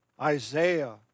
Isaiah